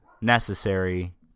necessary